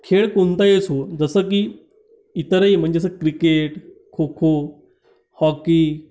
खेळ कोणताही असो जसं की इतरही म्हणजे जसं क्रिकेट खोखो हॉकी